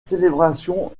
célébration